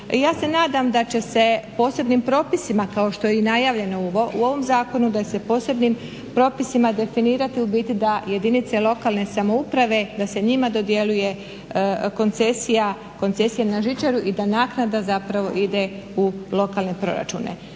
Ja se nadam da će se posebnim propisima kao što je najavljeno u ovom zakonu da se će se posebnim propisima definirati da jedinice lokalne samouprave da se njima dodjeljuje koncesija na žičaru i da naknada ide u lokalne proračuna.